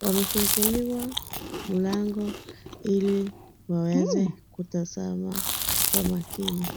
Wamefunguliwa mlango ili waweze kutazama kwa makini.